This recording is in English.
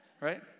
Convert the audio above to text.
right